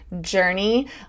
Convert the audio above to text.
journey